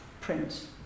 print